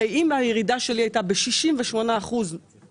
הרי אם הירידה שלי הייתה ב-68% בהכנסות,